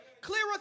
Clearer